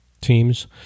teams